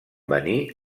venir